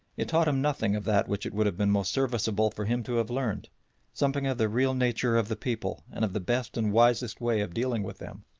it taught him nothing of that which it would have been most serviceable for him to have learned something of the real nature of the people and of the best and wisest way of dealing with them.